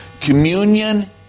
Communion